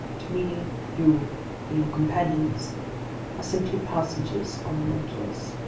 to me, you and your companions are simply passengers on the nautilus.